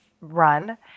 run